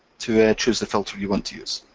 to choose the filter you want to use.